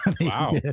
Wow